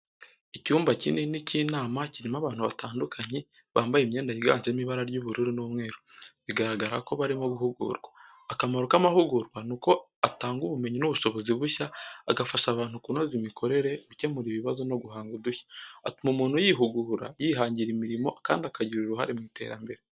Icyumba kinini cy'inama kirimo abantu batandukanye, bambaye imyenda yiganjemo ibara ry'ubururu n'umweru, bigaragara ko barimo guhugurwa. Akamaro k'amahugurwa ni uko atanga ubumenyi n’ubushobozi bushya, agafasha abantu kunoza imikorere, gukemura ibibazo no guhanga udushya. Atuma umuntu yihugura, yihangira imirimo kandi akagira uruhare mu iterambere.